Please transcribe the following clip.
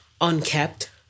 unkept